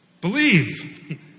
Believe